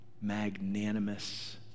magnanimous